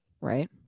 Right